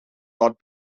not